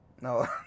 no